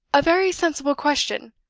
a very sensible question.